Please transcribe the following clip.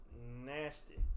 nasty